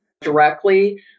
directly